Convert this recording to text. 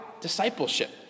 discipleship